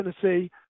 tennessee